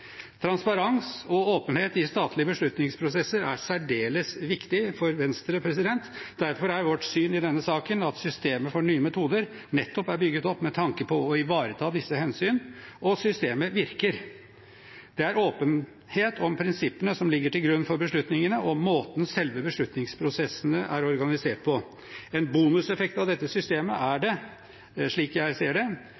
Transparens og åpenhet i statlige beslutningsprosesser er særdeles viktig for Venstre. Derfor er vårt syn i denne saken at systemet Nye metoder nettopp er bygget opp med tanke på å ivareta disse hensyn – og systemet virker. Det er åpenhet om prinsippene som ligger til grunn for beslutningene, og måten selve beslutningsprosessene er organisert på. En bonuseffekt av dette systemet er